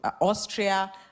austria